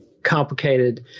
Complicated